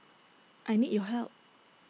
I need your help